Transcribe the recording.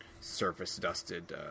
surface-dusted